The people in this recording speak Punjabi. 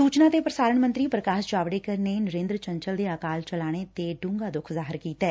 ਸੁਚਨਾ ਤੇ ਪੁਸਾਰਣ ਮੰਤਰੀ ਪੁਕਾਸ਼ ਜਾਵਤੇਕਰ ਨੇ ਨਰੇਂਦਰ ਚੰਚਲ ਦੇ ਅਕਾਲ ਚਲਾਣੇ ਤੇ ਦੁੱਖ ਜਾਹਿਰ ਕੀਤੈ